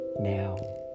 Now